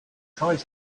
tries